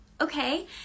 okay